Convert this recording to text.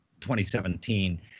2017